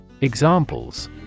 examples